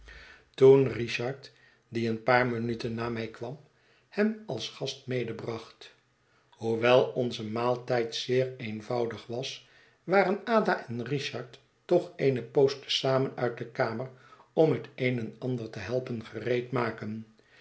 toen richard die een paar minuten na mij kwam hem als gast medebracht hoewel onze maaltijd zeer eenvoudig was waren ada en richard toch eene poos te zamen uit de kamer om het een en ander te helpen